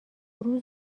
روز